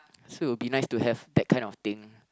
so it will be nice to have that kind of thing